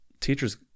teachers